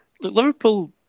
Liverpool